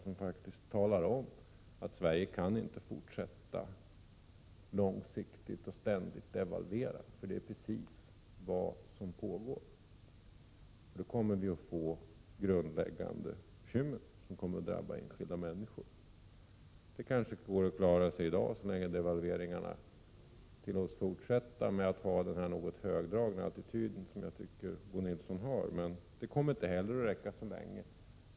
Dessa fakta talar faktiskt om att Sverige inte kan fortsätta med ständiga devalveringar — det är precis vad som pågår. Då kommer vi att få grundläggande bekymmer som kommer att drabba enskilda människor. Det kanske går att klara situationen i dag — så länge devalveringarna tillåts fortsätta — med att ha den något högdragna attityd som jag tycker Bo Nilsson har, men det kommer inte att räcka särskilt länge.